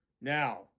Now